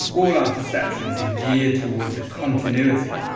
all our perceptions are geared towards the continuity